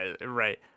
right